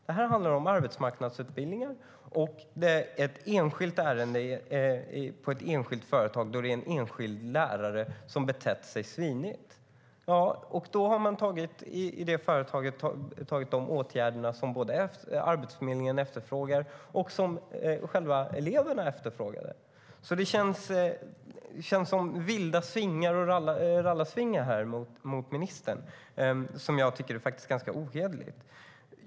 Det handlar om arbetsmarknadsutbildningar. Det är ett enskilt ärende på ett enskilt företag där en enskild lärare har betett sig svinigt. Då har man i det företaget vidtagit de åtgärder som Arbetsförmedlingen efterfrågar och som eleverna efterfrågar. Det känns som vilda rallarsvingar mot ministern, något som jag tycker är ganska ohederligt.